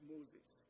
Moses